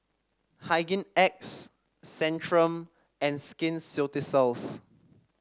Hygin X Centrum and Skin Ceuticals